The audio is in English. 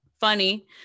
funny